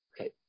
Okay